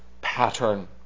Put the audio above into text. pattern